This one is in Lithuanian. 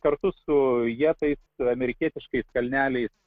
kartu su ja taip amerikietiškais kalneliais